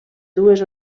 dues